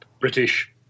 British